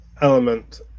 element